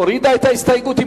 הורידה את ההסתייגות.